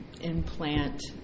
implant